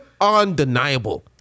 undeniable